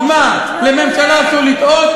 המפלגה שלך הייתה בממשלה,